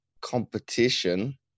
competition